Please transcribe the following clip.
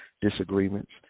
disagreements